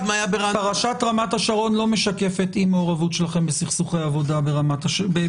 פרשת רמת השרון לא משקפת אי התערבות שלכם בסכסוכי עבודה במשק,